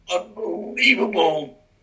unbelievable